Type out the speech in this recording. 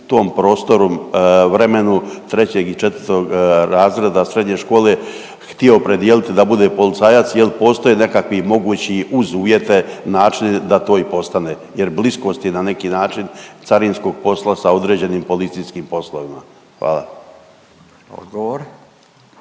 tom prostoru, vremenu 3. i 4. razreda srednje škole htio opredijelit da bude policajac, jel postoje nekakvi mogući, uz uvjete, načini da to i postane jer bliskost je na neki način carinskog posla sa određenim policijskim poslovima? Hvala. **Radin,